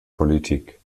politik